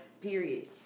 period